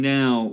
now